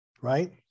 right